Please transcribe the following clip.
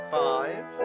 five